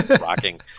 rocking